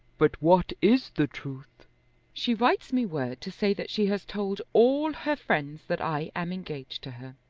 but what is the truth she writes me word to say that she has told all her friends that i am engaged to her,